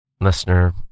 listener